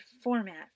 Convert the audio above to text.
format